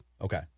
Okay